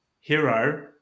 hero